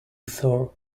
thor